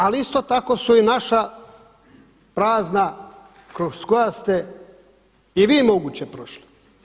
Ali isto tako su i naša prazna kroz koja ste i vi moguće prošli.